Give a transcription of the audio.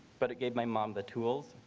but it gave my mom the tools,